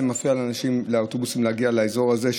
זה מפריע לאוטובוסים להגיע לאזור הזה.